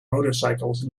motorcycles